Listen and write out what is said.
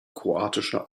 kroatischer